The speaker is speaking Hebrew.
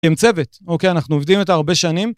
עם צוות, אוקיי? אנחנו עובדים איתה הרבה שנים.